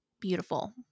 beautiful